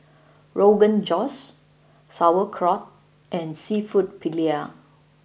Rogan Josh Sauerkraut and Seafood Paella